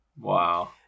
Wow